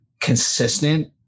consistent